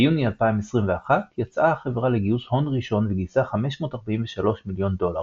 ביוני 2021 יצאה החברה לגיוס הון ראשון וגייסה 543 מיליון דולר,